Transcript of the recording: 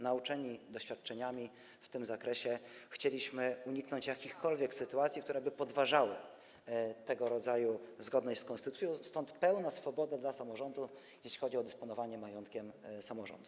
Nauczeni doświadczeniami w tym zakresie chcieliśmy uniknąć jakichkolwiek sytuacji, które podważałyby tego rodzaju zgodność z konstytucją, stąd pełna swoboda dla samorządów, jeśli chodzi o dysponowanie majątkiem samorządów.